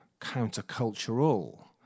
countercultural